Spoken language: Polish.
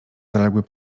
zaległy